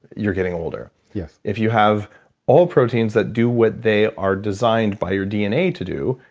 you're getting older yes if you have all proteins that do what they are designed by your dna to do,